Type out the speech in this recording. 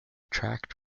tract